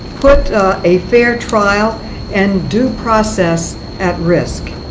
put a fair trial and due process at risk.